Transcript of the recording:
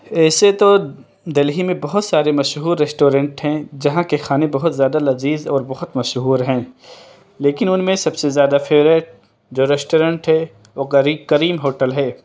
ایسے تو دہلی میں بہت سارے مشہور ریسٹورینٹ ہیں جہاں کے کھانے بہت زیادہ لذیذ اور بہت مشہور ہیں لیکن ان میں سب سے زیادہ فیوریٹ جو ریسٹورینٹ ہے وہ کریم ہوٹل ہے